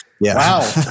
Wow